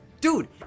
dude